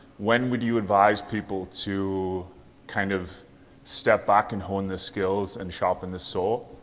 when would you advise people to kind of step back and hone their skills and sharpen the sword,